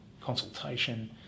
consultation